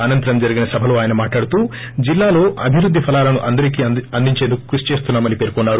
అనంతరం జరిగిన సభలో ఆయన మాట్లాడుతూ జిల్లాలో అభివృద్ది ఫలాలను అందరికీ అందించేందుకు కృషిచేస్తున్నామని పేర్కొన్నారు